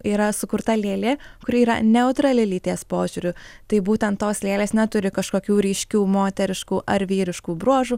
yra sukurta lėlė kuri yra neutrali lyties požiūriu tai būtent tos lėlės neturi kažkokių ryškių moteriškų ar vyriškų bruožų